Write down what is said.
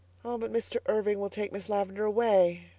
but mr. irving will take miss lavendar away.